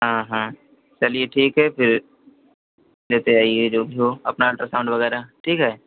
हाँ हाँ चलिए ठीक है फिर लेते आइए जो भी हो अपना अल्ट्रासाउन्ड वगैरह ठीक है